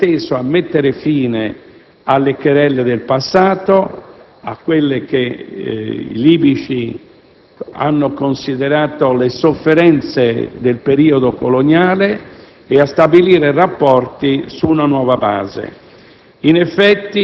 congiunto inteso a porre fine alle *querelle* del passato, quelle che i libici hanno considerato le sofferenze del periodo coloniale, e a stabilire rapporti su una nuova base.